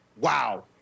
wow